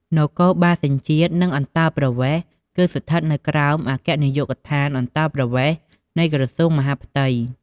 នគរបាលសញ្ជាតិ និងអន្តោប្រវេសន៍ គឺស្ថិតនៅក្រោមអគ្គនាយកដ្ឋានអន្តោប្រវេសន៍ នៃក្រសួងមហាផ្ទៃ។